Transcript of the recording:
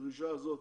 הדרישה הזאת